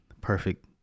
perfect